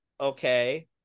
okay